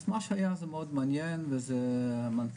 אז מה שהיה זה מאוד מעניין וזה מנכ"ל,